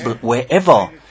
wherever